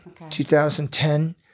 2010